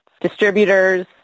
distributors